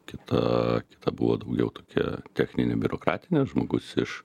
kita kita buvo daugiau tokia techninė biurokratinė žmogus iš